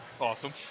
Awesome